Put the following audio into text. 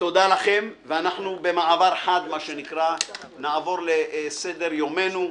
תודה לכם, ואנחנו במעבר חד נעבור לסדר יומנו,